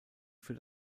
für